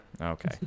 Okay